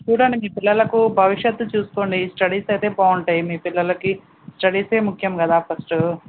చూడండి మీ పిల్లలకు భవిషత్తు చూసుకోండి స్టడీస్ అయితే బాగుంటాయి మీ పిల్లలకి స్టడీసే ముఖ్యం కదా ఫస్టు